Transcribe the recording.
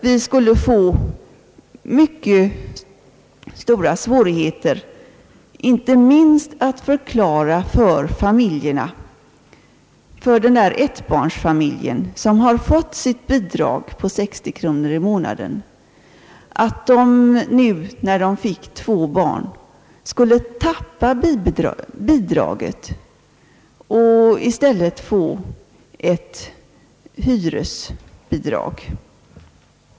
Vi skulle få mycket stora svårigheter, inte minst att förklara för den där ettbarnsfamiljen, som har fått sitt bidrag på 60 kronor i månaden, att familjen, när den fick ett barn till, skulle förlora bidraget och i stället få ett hyresbidrag.